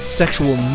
sexual